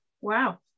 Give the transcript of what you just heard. wow